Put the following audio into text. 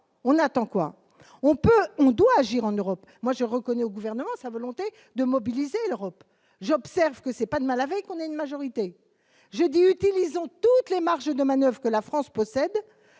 on attend quoi, on peut, on doit agir en Europe, moi je reconnais au gouvernement sa volonté de mobiliser l'Europe, j'observe que c'est pas de mal avec on a une majorité jeudi utilisons toutes les marges de manoeuvres, la France possède